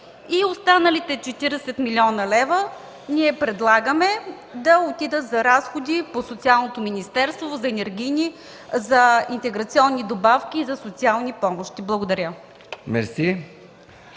Останалите 40 млн. лв. предлагаме да отидат за разходи на Социалното министерство – за интеграционни добавки и за социални помощи. Благодаря.